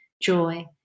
Joy